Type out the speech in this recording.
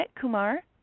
Kumar